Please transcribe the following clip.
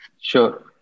Sure